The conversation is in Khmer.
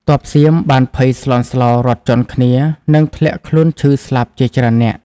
ទ័ពសៀមបានភ័យស្លន់ស្លោ រត់ជាន់គ្នា និងធ្លាក់ខ្លួនឈឺស្លាប់ជាច្រើននាក់។